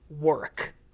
work